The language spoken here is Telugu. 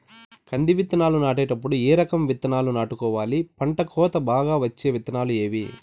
కంది విత్తనాలు నాటేటప్పుడు ఏ రకం విత్తనాలు నాటుకోవాలి, పంట కోత బాగా వచ్చే విత్తనాలు ఏవీ?